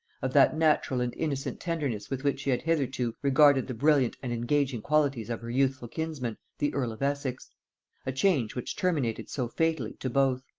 of that natural and innocent tenderness with which she had hitherto regarded the brilliant and engaging qualities of her youthful kinsman the earl of essex a change which terminated so fatally to both.